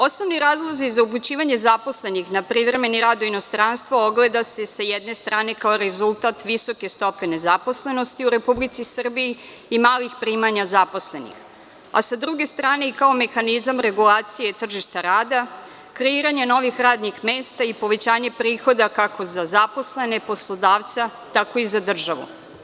Osnovni razlozi za upućivanje zaposlenih na privremeni rad u inostranstvo ogleda se, s jedne strane, kao rezultat visoke stope nezaposlenosti u Republici Srbiji i malih primanja zaposlenih, a s druge strane i kao mehanizam regulacije i tržišta rada, kreiranja novih radnih mesta i povećanje prihoda, kako za zaposlene, poslodavca, tako i za državu.